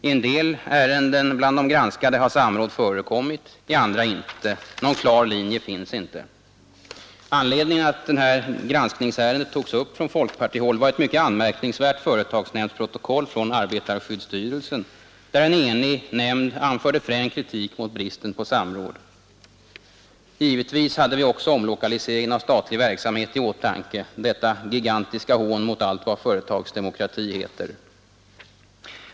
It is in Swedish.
I en del ärenden bland de granskade har samråd förekommit, i andra inte. Någon klar linje finns inte. Anledningen till att detta granskningsärende togs upp från folkpartihåll var ett mycket anmärkningsvärt företagsnämndsprotokoll från arbetarskyddsstyrelsen där en enig nämnd anförde frän kritik mot brist på samråd. Givetvis hade vi också omlokaliseringen av statlig verksamhet i åtanke, detta gigantiska hån mot allt vad företagsdemokrati heter.